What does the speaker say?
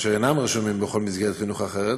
אשר אינם רשומים בכל מסגרת חינוך אחרת.